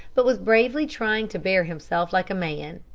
but was bravely trying to bear himself like a man.